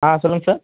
ஆ சொல்லுங்கள் சார்